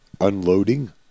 unloading